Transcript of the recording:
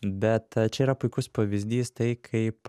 bet čia yra puikus pavyzdys tai kaip